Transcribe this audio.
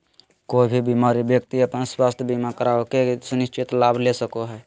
कोय भी बीमार व्यक्ति अपन स्वास्थ्य बीमा करवा के सुनिश्चित लाभ ले सको हय